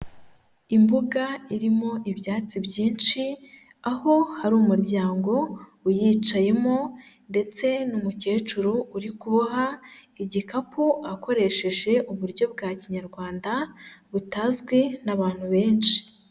Imbuga irimo ibyatsi byinshi, aho hari umuryango uyicayemo ndetse n'umukecuru uri kuboha igikapu akoresheje uburyo bwa kinyarwanda butazwi n'abantu benshi.